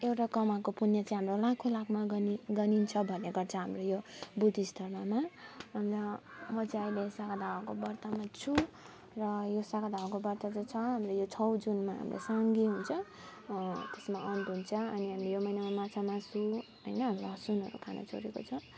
एउटा कमाएको पूण्य चाहिँ हाम्रो चाहिँ नै लाखौँलाखमा गनि गनिन्छ भनेको छ हाम्रो यो बुद्धिस्ट धर्ममा अन्त म चाहिँ अहिले सागादावाको व्रतमा छु र यो सागादावाको व्रत गर्छ अनि यो छ जुनमा हाम्रो साङ्गे हुन्छ त्यसमा अन्त्य हुन्छ अनि हामीले यो महिनामा माछामासु होइन लसुनहरू खानु छोडेको छ